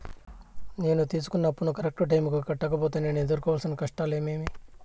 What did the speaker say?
నేను తీసుకున్న అప్పును కరెక్టు టైముకి కట్టకపోతే నేను ఎదురుకోవాల్సిన కష్టాలు ఏమీమి?